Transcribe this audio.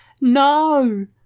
no